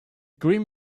grim